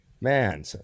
Man